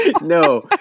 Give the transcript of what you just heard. No